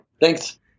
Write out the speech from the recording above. Thanks